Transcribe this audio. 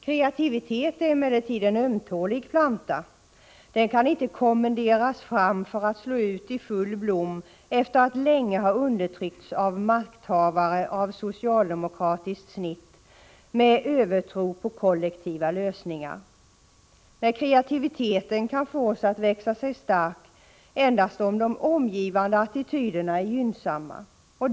Kreativiteten är emellertid en ömtålig planta. Den kan inte kommenderas fram för att slå ut i full blom efter att länge ha undertryckts av makthavare av socialdemokratiskt snitt med övertro på kollektiva lösningar. Nej, kreativiteten kan fås att växa sig stark endast om de omgivande attityderna är gynnsamma.